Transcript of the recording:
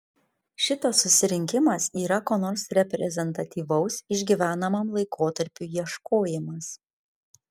šitas susirinkimas yra ko nors reprezentatyvaus išgyvenamam laikotarpiui ieškojimas